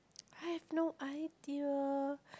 I have no idea